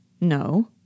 No